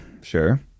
sure